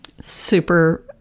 Super